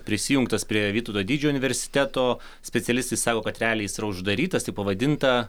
prisijungtas prie vytauto didžiojo universiteto specialistai sako kad realiai jis yra uždarytas tik pavadinta